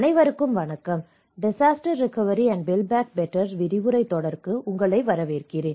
அனைவருக்கும் வணக்கம் disaster recovery and build back better விரிவுரைத் தொடருக்கு உங்களை வரவேர்கிரேன்